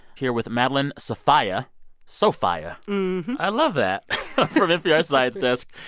here with madeline sofia sofia i love that from npr's science desk,